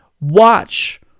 watch